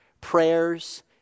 prayers